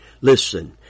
Listen